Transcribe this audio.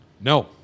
No